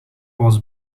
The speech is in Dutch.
was